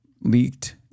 leaked